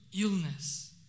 illness